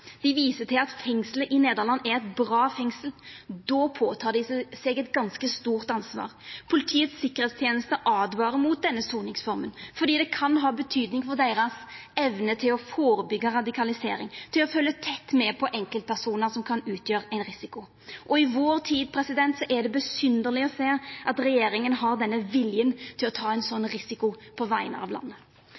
Nederland er eit bra fengsel. Då tek dei på seg eit ganske stort ansvar. Politiets tryggingsteneste åtvarar mot denne soningsforma fordi det kan ha betydning for evna deira til å førebyggja radikalisering, til å følgja tett med på enkeltpersonar som kan utgjera ein risiko. I vår tid er det pussig å sjå at regjeringa har denne viljen til å ta ein slik risiko på vegner av landet.